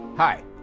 Hi